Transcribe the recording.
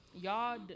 Y'all